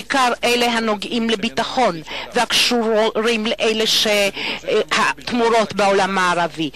בעיקר אלה הנוגעים לביטחון והקשורים לתמורות בעולם הערבי.